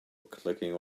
clicking